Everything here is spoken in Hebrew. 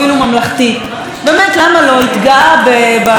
הוא התגאה בהישגים של המדינה שהוא עומד בראשה.